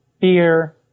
fear